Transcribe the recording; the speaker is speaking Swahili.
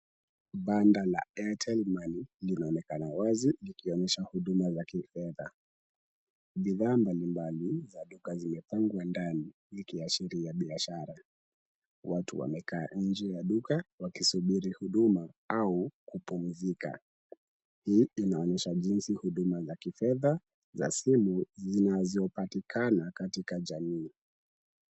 Banda la Airtel linaonekana wazi likionyesha huduma za kifedha. Bidhaa mbalimbali za duka zimepangwa ndani zikiashiria biashara. Watu wamekaa nje ya duka wakisubiri huduma au kupumzika. Hii inaonyesha jinsi huduma za kifedha zinavyopatikana katika jamii.